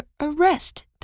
arrest